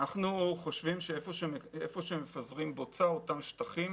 חושבים שהיכן שמפזרים בוצה, אותם שטחים,